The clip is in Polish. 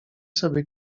sobie